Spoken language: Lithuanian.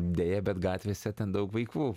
deja bet gatvėse ten daug vaikų